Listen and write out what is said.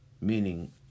Meaning